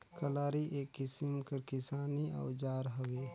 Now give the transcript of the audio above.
कलारी एक किसिम कर किसानी अउजार हवे